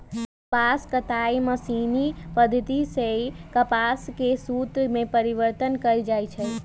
कपास कताई मशीनी पद्धति सेए कपास के सुत में परिवर्तन कएल जाइ छइ